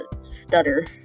stutter